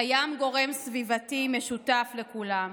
קיים גורם סביבתי משותף לכולם: